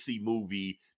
movie